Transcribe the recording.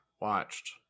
watched